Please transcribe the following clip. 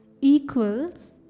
equals